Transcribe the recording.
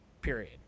Period